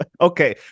Okay